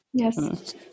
Yes